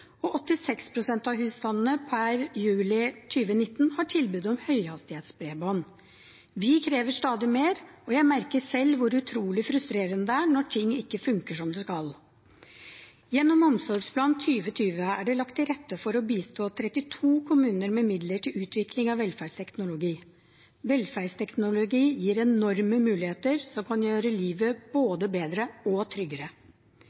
og 86 pst. av husstandene har per juli 2019 tilbud om høyhastighetsbredbånd. Vi krever stadig mer, og jeg merker selv hvor utrolig frustrerende det er når ting ikke funker som det skal. Gjennom Omsorgsplan 2020 er det lagt til rette for å bistå 32 kommuner med midler til utvikling av velferdsteknologi. Velferdsteknologi gir enorme muligheter som kan gjøre livet både bedre og tryggere.